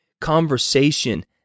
conversation